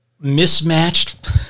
mismatched